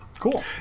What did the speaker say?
Cool